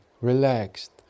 relaxed